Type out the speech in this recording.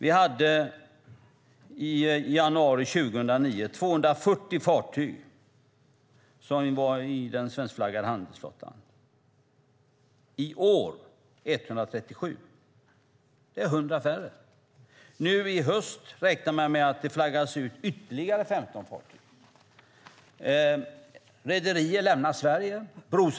I januari 2009 hade vi 240 fartyg i den svenskflaggade handelsflottan. I år är det 137. Det är 100 färre. Man räknar med att det flaggas ut ytterligare 15 fartyg nu i höst. Rederier lämnar Sverige.